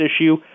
issue